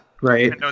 right